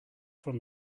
from